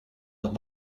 dan